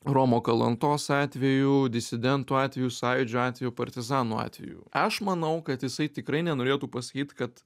romo kalantos atveju disidentų atveju sąjūdžio atveju partizanų atveju aš manau kad jisai tikrai nenorėtų pasakyt kad